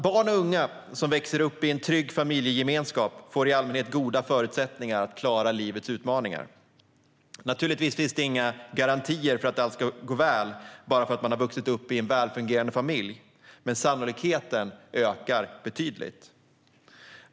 Barn och unga som växer upp i en trygg familjegemenskap får i allmänhet goda förutsättningar att klara livets utmaningar. Naturligtvis finns det inga garantier för att allt ska gå väl bara för att man vuxit upp i en välfungerande familj, men sannolikheten ökar betydligt.